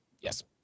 Yes